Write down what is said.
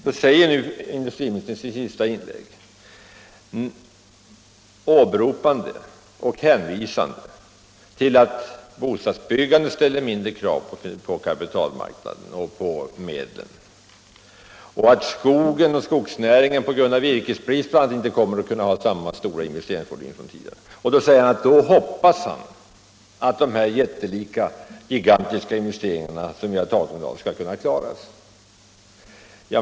Industriministern säger i sitt senaste inlägg, hänvisande till att bostadsbyggandet ställer mindre krav på kapitalmarknaden och till att skogsnäringen på grund av virkesbrist inte kommer att kunna ta i anspråk samma stora investeringsvolym som tidigare, att han hoppas att de jättelika investeringar som vi talat om skall kunna klaras.